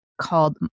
called